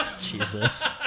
Jesus